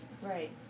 Right